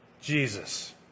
Jesus